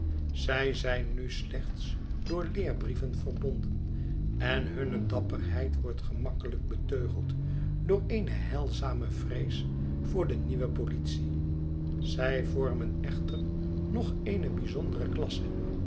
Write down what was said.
zij zijn nu slechts door leerbrieven verbonden en hunne dapperheid wordt gemakkelijk beteugeld door eene heilzame vrees voor de nieuwe politie zij vormen echter nog eene bijzondere klasse